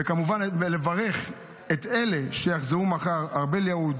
וכמובן לברך את אלה שיחזרו מחר: ארבל יהוד,